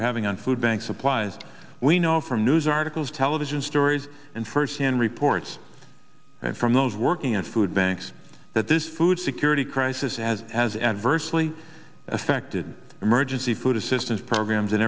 are having on food banks supplies we know from news articles television stories and firsthand reports from those working at food banks that this food security crisis as has adversely affected emergency food assistance programs in